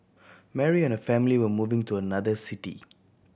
Mary and her family were moving to another city